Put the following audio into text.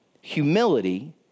Humility